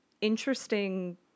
interesting